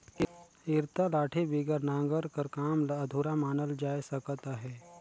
इरता लाठी बिगर नांगर कर काम ल अधुरा मानल जाए सकत अहे